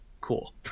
Cool